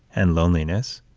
and loneliness.